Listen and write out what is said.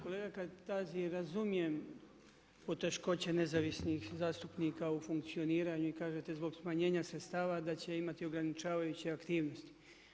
Kolega Kajtazi razumijem poteškoće nezavisnih zastupnika u funkcioniranju i kažete zbog smanjenja sredstava da će imati ograničavajuće aktivnosti.